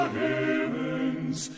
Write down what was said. heavens